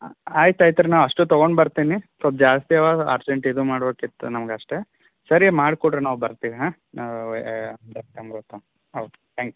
ಆಯ್ತು ಆಯ್ತು ರೀ ನಾನು ಅಷ್ಟು ತಗೊಂಡು ಬರ್ತೀನಿ ಸ್ವಲ್ಪ ಜಾಸ್ತಿ ಅವಾ ಅರ್ಜೆಂಟ್ ಇದು ಮಾಡ್ಬೇಕಿತ್ತು ನಮ್ಗೆ ಅಷ್ಟೇ ಸರಿ ಮಾಡಿ ಕೊಡ್ರಿ ನಾವು ಬರ್ತೀವಿ ಹಾಂ ನಾವು ಡ್ರಸ್ ತಗೊಂಡ್ ಬರ್ತೀವ್ ಓಕೆ ತ್ಯಾಂಕ್ಸ್